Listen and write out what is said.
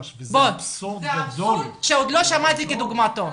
אבסורד, שעוד לא שמעתי כדוגמתו.